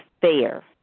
fair